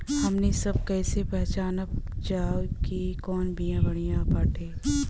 हमनी सभ कईसे पहचानब जाइब की कवन बिया बढ़ियां बाटे?